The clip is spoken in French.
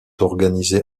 organisées